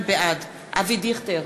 אבי דיכטר,